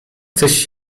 coś